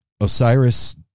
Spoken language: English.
Osiris